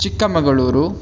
Chikkamagaluru